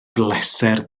bleser